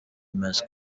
mccarthy